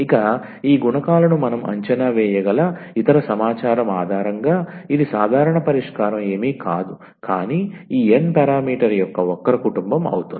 ఇక ఈ గుణకాలను మనం అంచనా వేయగల ఇతర సమాచారం ఆధారంగా ఇది సాధారణ పరిష్కారం ఏమీ కాదు కానీ ఈ n పారామీటర్ యొక్క వక్ర కుటుంబం అవుతుంది